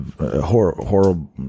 horrible